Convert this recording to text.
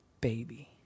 baby